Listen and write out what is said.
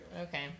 Okay